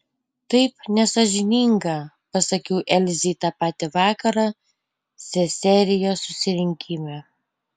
taip nesąžininga pasakiau elzei tą patį vakarą seserijos susirinkime